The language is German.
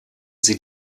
sie